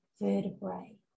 vertebrae